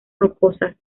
rocosas